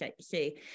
see